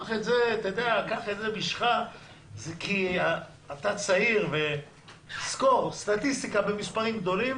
אתה צעיר ותזכור: סטטיסטיקה במספרים גדולים